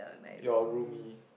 your roomie